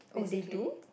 oh they do